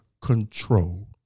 control